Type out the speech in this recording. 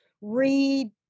read